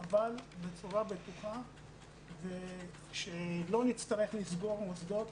אבל בצורה בטוחה ושלא נצטרך לסגור מוסדות,